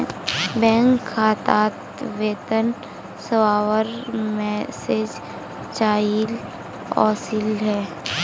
bank खातात वेतन वस्वार मैसेज चाइल ओसीले